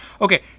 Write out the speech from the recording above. Okay